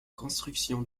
construction